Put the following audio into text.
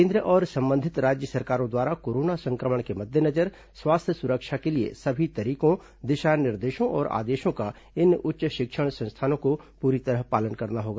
केन्द्र और संबंधित राज्य सरकारों द्वारा कोरोना संक्रमण के मद्देनजर स्वास्थ्य सुरक्षा के लिए सभी तरीकों दिशा निर्देशों और आदेशों का इन उच्च शिक्षण संस्थानों को पूरी तरह पालन करना होगा